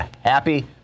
happy